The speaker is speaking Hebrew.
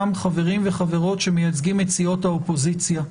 חברים וחברות שמייצגים את סיעות האופוזיציה.